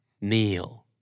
kneel